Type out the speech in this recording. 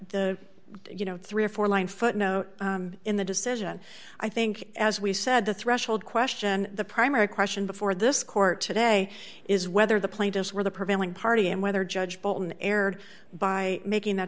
e you know three or four line footnote in the decision i think as we said the threshold question the primary question before this court today is whether the plaintiffs were the prevailing party and whether judge bolton erred by making that